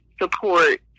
support